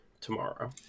tomorrow